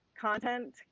content